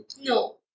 No